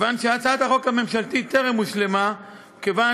כיוון שהצעת החוק הממשלתית טרם הושלמה וכיוון